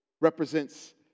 represents